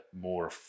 more